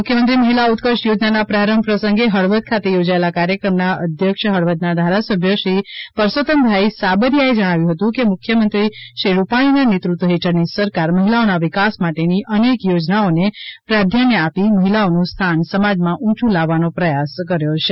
મુખ્યમંત્રી મહિલા ઉત્કર્ષ યોજના પ્રારંભ પ્રસંગે હળવદ ખાતે યોજાયેલા કાર્યક્રમના અધ્યક્ષ ફળવદના ધારાસભ્ય શ્રીપરસોતમભાઇ સાબરીયાએ જણાવ્યું હતુ કે મુખ્યમંત્રી શ્રીરૂપાણીના નેતૃત્વ હેઠળની સરકાર મહિલાઓના વિકાસ માટેની અનેક યોજનાઓને પ્રાધાન્ય આપી મહિલાઓનું સ્થાન સમાજમાં ઊચું લાવવાનો પ્રયાસ કર્યો છે